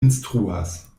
instruas